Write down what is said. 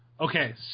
Okay